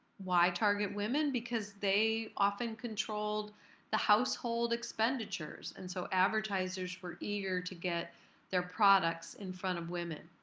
why target women? because they often controlled the household expenditures and so advertisers were eager to get their products in front of women.